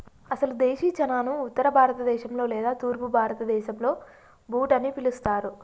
అసలు దేశీ చనాను ఉత్తర భారత దేశంలో లేదా తూర్పు భారతదేసంలో బూట్ అని పిలుస్తారు